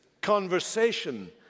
conversation